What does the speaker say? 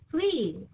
please